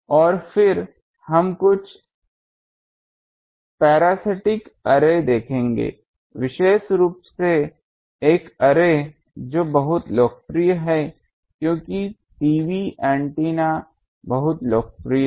और फिर हम कुछ पैरासिटिक अर्रे देखेंगे विशेष रूप से एक अर्रे जो बहुत लोकप्रिय है क्योंकि टीवी एंटीना बहुत लोकप्रिय था